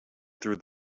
through